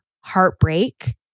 heartbreak